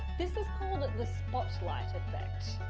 this is called the spotlight effect.